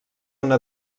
una